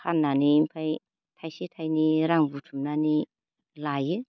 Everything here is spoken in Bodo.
फान्नानै ओमफ्राय थाइसे थाइनै रां बुथुमनानै लायो